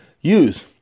use